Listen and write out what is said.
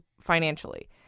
financially